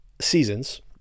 seasons